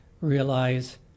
realize